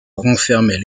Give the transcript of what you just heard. renfermait